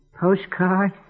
postcard